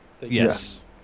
Yes